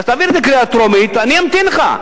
אז תעביר את זה בקריאה טרומית, אני אמתין לך.